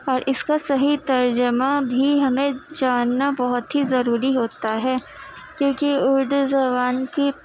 اور اس کا صحیح ترجمہ بھی ہمیں جاننا بہت ہی ضروری ہوتا ہے کیوں کہ اردو زبان کی